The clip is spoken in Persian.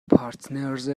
پارتنرز